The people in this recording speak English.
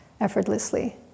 effortlessly